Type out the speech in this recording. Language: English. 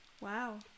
Wow